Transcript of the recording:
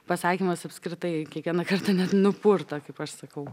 pasakymas apskritai kiekvieną kartą net nupurto kaip aš sakau